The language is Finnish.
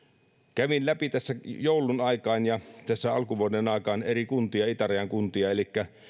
kävin läpi tässä joulun aikaan ja tässä alkuvuoden aikaan eri itärajan kuntia elikkä